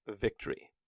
victory